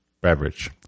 beverage